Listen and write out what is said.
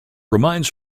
reminds